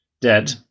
dead